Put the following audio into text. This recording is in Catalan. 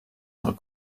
del